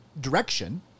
direction